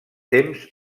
temps